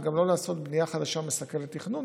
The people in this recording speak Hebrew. אבל גם לא לעשות בנייה חדשה מסכלת תכנון,